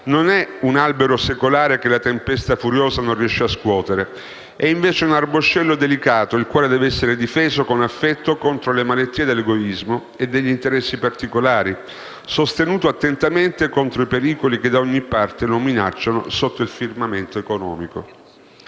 non è un albero secolare che la tempesta furiosa non riesce a scuotere; è un arboscello delicato, il quale deve essere difeso con affetto contro le malattie dell'egoismo e degli interessi particolari, sostenuto attentamente contro i pericoli che da ogni parte lo minacciano sotto il firmamento economico».